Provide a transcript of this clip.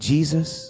Jesus